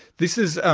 this is. ah